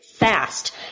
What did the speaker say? fast